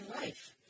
life